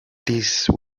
these